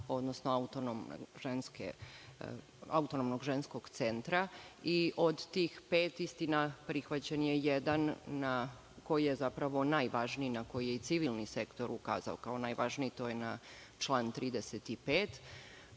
odnosno Autonomnog ženskog centra i od tih pet prihvaćen je jedan koji je zapravo najvažniji, na koji je civilni sektor ukazao. To je na član